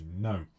no